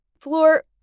Floor